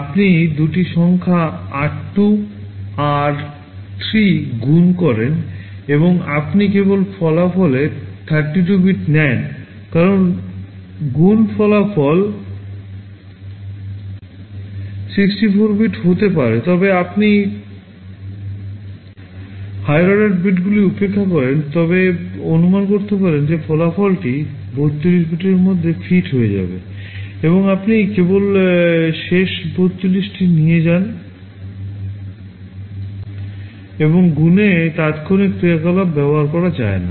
আপনি দুটি সংখ্যা আর 2 আর 3 গুন করেন এবং আপনি কেবল ফলাফলের 32 বিট নেন কারণ গুণ ফলাফল 64 বিট হতে পারে তবে আপনি higher order bit গুলি উপেক্ষা করেন তবে অনুমান করতে পারেন যে ফলাফলটি 32 বিটের মধ্যে ফিট হয়ে যাবে এবং আপনি কেবল শেষ 32 বিট নিয়ে যান এবং গুণে তাত্ক্ষণিক ক্রিয়াকলাপ ব্যবহার করা যায় না